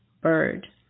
bird